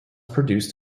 produced